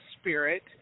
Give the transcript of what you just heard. spirit